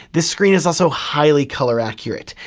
this screen is also highly color accurate,